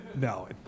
No